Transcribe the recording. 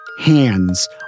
hands